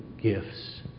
gifts